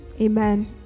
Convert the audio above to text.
amen